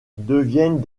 deviennent